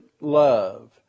love